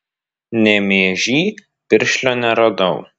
nemėžy piršlio neradau